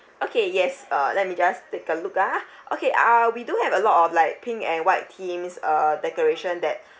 okay yes uh let me just take a look ah okay uh we do have a lot of like pink and white themes uh decoration that